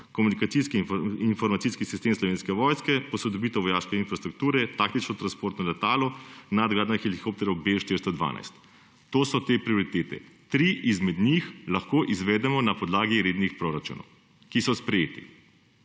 komunikacijski in informacijski sistem Slovenske vojske, posodobitev vojaške infrastrukture, taktično transportno letalo, nadgradnja helikopterjev Bell 412. To so te prioritete. Tri izmed njih lahko izvedemo na podlagi rednih proračunov, ki so sprejeti,